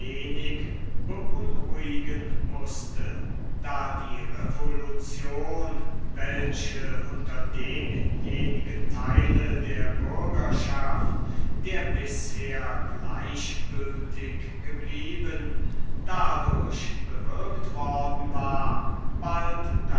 beunruhigen mußte da die revolution welche unter demjenigen teil der bürgerschaft der bisher gleichgültig geblieben war dadurch bewirkt worden bald